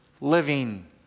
living